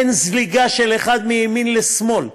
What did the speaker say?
אין זליגה של אחד מימין לשמאל.